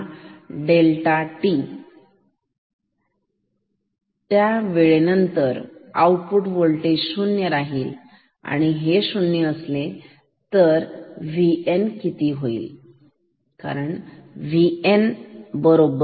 जर delta t वेळेनंतर V o 0 तर मग VN किती असेल